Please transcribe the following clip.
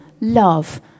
love